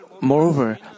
Moreover